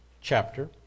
chapter